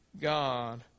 God